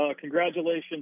congratulations